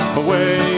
away